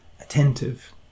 attentive